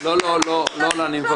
(מחיאות כפיים) ל', אני מבקש.